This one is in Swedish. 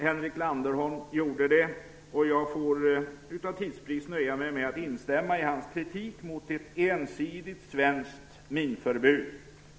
Henrik Landerholm gjorde det. Jag får av tidsbrist nöja mig med att instämma i hans kritik av ett ensidigt svenskt minförbud.